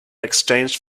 exchanged